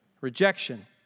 rejection